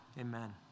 Amen